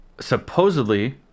supposedly